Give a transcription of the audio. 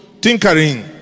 tinkering